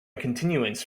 continuance